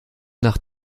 nach